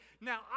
Now